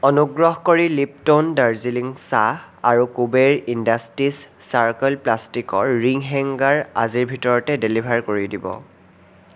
অনুগ্ৰহ কৰি লিপট'ন দাৰ্জিলিং চাহ আৰু কুবেৰ ইণ্ডাষ্টিজ চাৰ্কল প্লাষ্টিকৰ ৰিং হেংগাৰ আজিৰ ভিতৰতে ডেলিভাৰ কৰি দিব